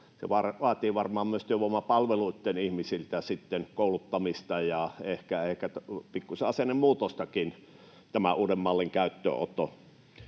Vaatii varmaan myös työvoimapalveluitten ihmisiltä kouluttamista ja ehkä pikkuisen asennemuutostakin, tämän uuden mallin käyttöönotto.